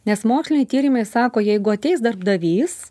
nes moksliniai tyrimai sako jeigu ateis darbdavys